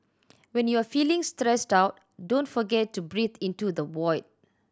when you are feeling stressed out don't forget to breathe into the void